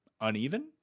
uneven